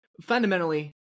fundamentally